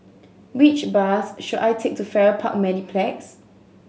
which bus should I take to Farrer Park Mediplex